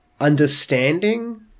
understanding